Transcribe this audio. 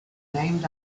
named